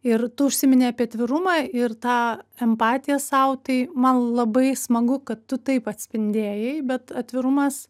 ir tu užsiminei apie atvirumą ir tą empatiją sau tai man labai smagu kad tu taip atspindėjai bet atvirumas